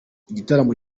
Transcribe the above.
igitaramo